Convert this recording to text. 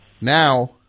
Now